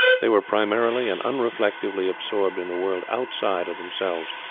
they were primarily and unreflectively absorbed in the world outside of themselves.